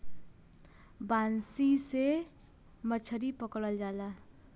बंसी से भी मछरी पकड़ल जाला